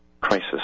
crisis